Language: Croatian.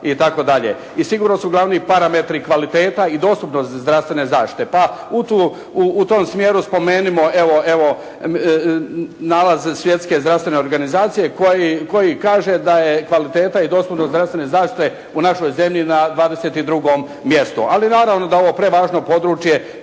I sigurno su glavni parametri kvaliteta i dostupnosti zdravstvene zaštite. Pa u tom smjeru spomenimo nalaze Svjetske zdravstvene organizacije koji kaže da je kvaliteta i dostupnost zdravstvene zaštite u našoj zemlji na 22 mjestu. Ali naravno da ovo prevažno područje